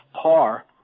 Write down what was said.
par